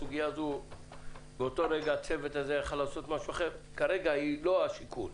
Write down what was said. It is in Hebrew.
הסוגיה שבאותו רגע הצוות יכול היה לעשות משהו אחר - כרגע היא לא השיקול.